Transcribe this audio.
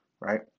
right